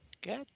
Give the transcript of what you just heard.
Good